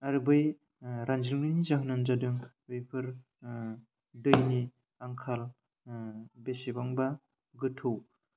आरो बै रानज्रिंनायनि जाहोनानो जादों बेफोर दैनि आंखाल बेसेबांबा गोथौ